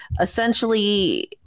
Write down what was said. essentially